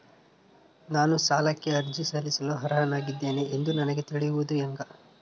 ನಾನು ಸಾಲಕ್ಕೆ ಅರ್ಜಿ ಸಲ್ಲಿಸಲು ಅರ್ಹನಾಗಿದ್ದೇನೆ ಎಂದು ನನಗ ತಿಳಿಯುವುದು ಹೆಂಗ?